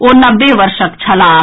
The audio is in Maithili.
ओ नब्बे वर्षक छलाह